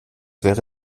wäre